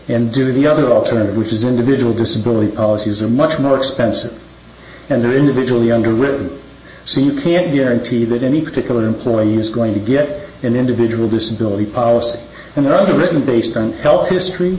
and do the other alternative which is individual disability policies are much more expensive and are individually underwritten so you can't guarantee that any particular employee is going to get an individual disability policy another written based on health history